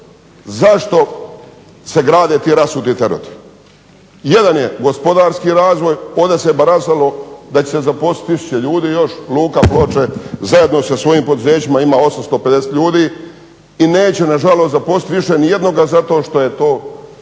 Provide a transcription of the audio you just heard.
zašto se grade ti rasuti tereti. Jedan je gospodarski razlog, ovdje se baratalo da će se zaposlit tisuće ljudi još. Luka Ploče zajedno sa svojim poduzećima ima 850 ljudi i neće nažalost zaposlit više nijednoga zato što je to